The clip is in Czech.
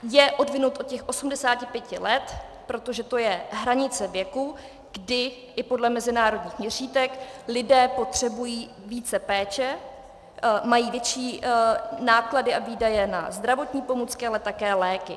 Je odvinut od těch 85 let, protože to je hranice věku, kdy i podle mezinárodních měřítek lidé potřebují více péče, mají větší náklady a výdaje na zdravotní pomůcky a také léky.